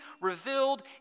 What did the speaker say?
revealed